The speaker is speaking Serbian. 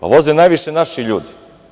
Voze najviše naši ljudi.